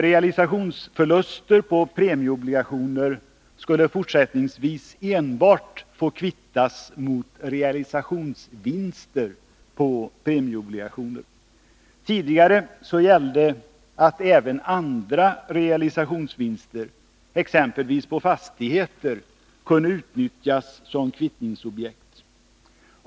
Realisationsförluster på premieobligationer skulle fortsättningsvis enbart få kvittas mot realisationsvinster på premieobligationer. Tidigare gällde att även andra realisationsvinster, exempelvis på fastigheter, kunde utnyttjas som kvittningsobjekt.